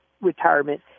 retirement